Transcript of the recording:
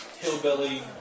hillbilly